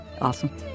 Awesome